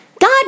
god